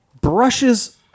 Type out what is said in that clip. brushes